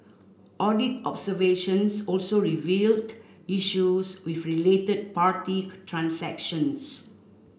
audit observations also revealed issues with related party transactions